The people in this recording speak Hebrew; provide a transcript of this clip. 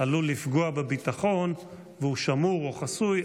עלול לפגוע בביטחון והוא שמור או חסוי,